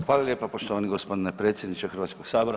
Hvala lijepa poštovani gospodine predsjedniče Hrvatskog sabora.